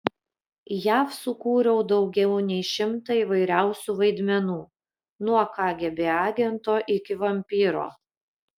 jav sukūriau daugiau nei šimtą įvairiausių vaidmenų nuo kgb agento iki vampyro